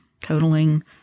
totaling